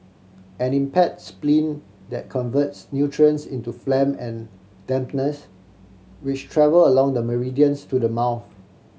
an impair spleen that converts nutrients into phlegm and dampness which travel along the meridians to the mouth